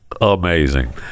amazing